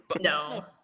No